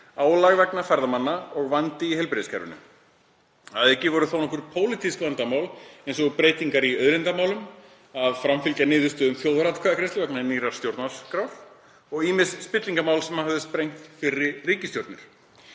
álag vegna ferðamanna og vandi í heilbrigðiskerfinu. Að auki voru þónokkur pólitísk vandamál, eins og breytingar í auðlindamálum, að framfylgja niðurstöðum þjóðaratkvæðagreiðslu vegna nýrrar stjórnarskrár og ýmis spillingarmál sem höfðu sprengt fyrri ríkisstjórnir.